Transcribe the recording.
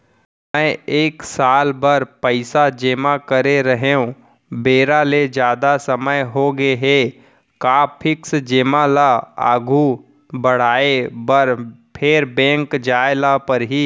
मैं एक साल बर पइसा जेमा करे रहेंव, बेरा ले जादा समय होगे हे का फिक्स जेमा ल आगू बढ़ाये बर फेर बैंक जाय ल परहि?